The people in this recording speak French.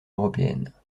européenne